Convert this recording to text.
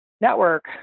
network